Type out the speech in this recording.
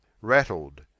rattled